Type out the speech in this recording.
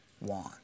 want